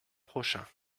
prochain